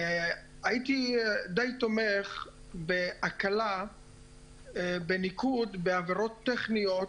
הייתי תומך בהקלה בניקוד בעבירות טכניות,